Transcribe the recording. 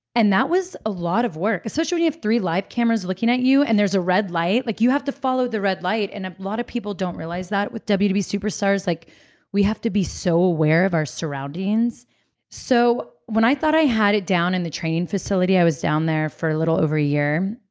and that was a lot of work, especially when you have three live cameras looking at you, and there's a red light. like you have to follow the red light, and a lot of people don't realize that with wwe super stars. like we have to be so aware of our surroundings so when i thought i had it down in the training facility. i was down there for a little over a year.